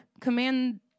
command